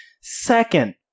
Second